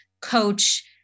coach